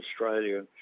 Australia